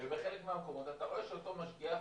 ובחלק מהמקומות אתה רואה שאותו משגיח